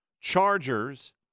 Chargers